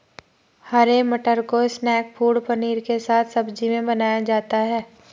हरे मटर को snack food paneer के साथ सब्जी में बनाया जाता है